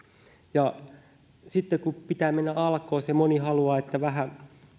sitten kun pitää mennä alkoon ja moni haluaa että vähän